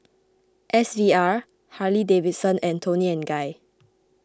S V R Harley Davidson and Toni and Guy